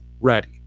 ready